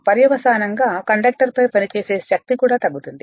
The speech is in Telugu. పర్యవసానంగా కండక్టర్ పై పనిచేసే శక్తి కూడా తగ్గుతుంది